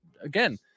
again